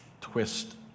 twist